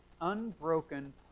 unbroken